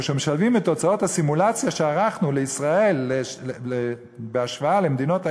כאשר משלבים את תוצאות הסימולציה שערכנו לישראל בהשוואה למדינות ה-OECD,